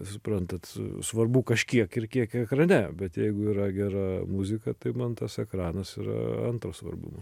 suprantat svarbu kažkiek ir kiek ekrane bet jeigu yra gera muzika tai man tas ekranas yra antro svarbumo